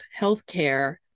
healthcare